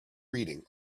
reading